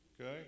Okay